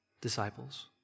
disciples